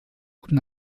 guten